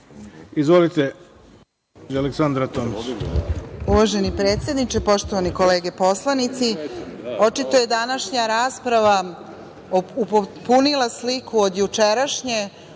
reč. **Aleksandra Tomić** Uvaženi predsedniče, poštovane kolege poslanici, očito je današnja rasprava upotpunila sliku od jučerašnje